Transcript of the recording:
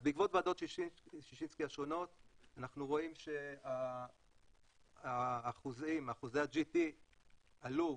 אז בעקבות ועדות ששינסקי השונות אנחנו רואים שאחוזי ה-GT עלו.